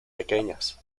pequeñas